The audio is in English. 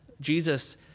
Jesus